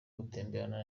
gutemberana